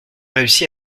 réussi